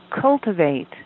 cultivate